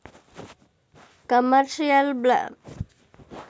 commercial bank loan, credit union ಮುಂತಾದವು institutional investors ಗಳಾಗಿವೆ